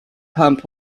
pump